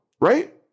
right